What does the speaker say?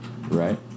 right